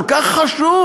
כל כך חשוב.